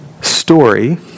story